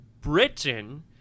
Britain